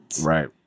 Right